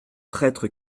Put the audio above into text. prêtre